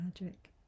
magic